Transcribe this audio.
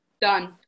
Done